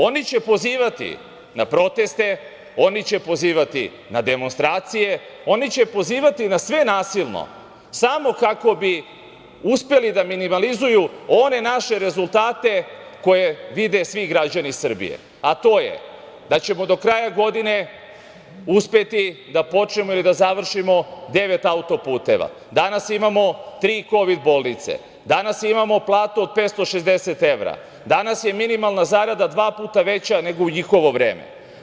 Oni će pozivati na proteste, oni će pozivati na demonstracije, oni će pozivati na sve nasilno samo kako bi uspeli da minimalizuju one naše rezultate koje vide svi građani Srbije, a to je da ćemo do kraja godine uspeti da počnemo ili da završimo devet autoputeva, danas imamo tri kovid bolnice, danas imamo platu od 560 evra, danas je minimalna zarada dva puta veća nego u njihovo vreme.